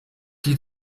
die